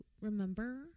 remember